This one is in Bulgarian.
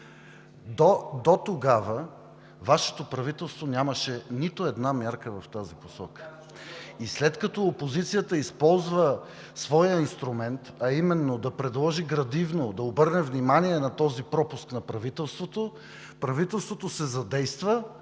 Дотогава Вашето правителство нямаше нито една мярка в тази посока и след като опозицията използва своя инструмент, а именно да предложи градивно, да обърне внимание на този пропуск на правителството, то се задейства